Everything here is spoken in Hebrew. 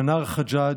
מנאר חג'אג',